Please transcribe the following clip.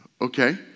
Okay